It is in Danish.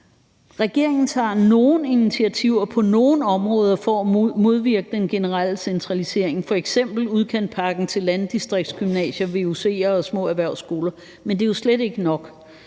Regeringen tager nogle initiativer på nogle områder for at modvirke den generelle centralisering, f.eks. udkantspakken til landdistriktsgymnasier, vuc'er og små erhvervsskoler, men det er jo slet ikke nok.